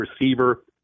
receiver